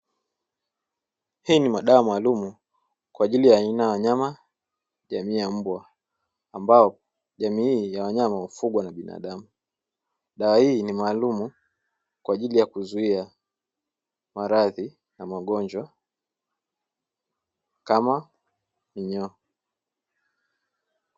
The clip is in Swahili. Hii ni madawa maalumu kwa ajili ya aina ya wanyama jamii ya mbwa, ambao jamii hii ya wanyama hufugwa na binadamu. Dawa hii ni maalumu kwa ajili ya kuzuia maradhi na magonjwa kama minyoo.